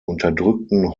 unterdrückten